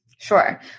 Sure